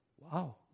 wow